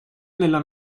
nella